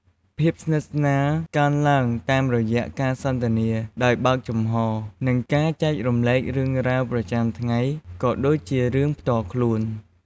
ភាពស្និទ្ធស្នាលកើនឡើងតាមរយៈការសន្ទនាដោយបើកចំហ និងការចែករំលែករឿងរ៉ាវប្រចាំថ្ងៃ ក៏ដូចជារឿងផ្ទាល់ខ្លួន។